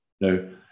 no